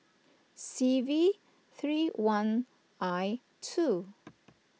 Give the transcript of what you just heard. C V three one I two